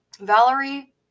Valerie